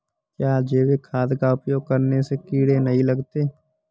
क्या जैविक खाद का उपयोग करने से कीड़े नहीं लगते हैं?